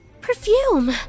Perfume